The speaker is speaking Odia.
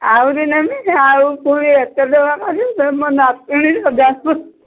ଆହୁରି ନେବି ଆଉ ପୁଣି ଏତେ ଟଙ୍କା ମୋ ନାତୁଣୀ ଯାଜପୁର